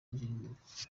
gilbert